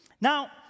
Now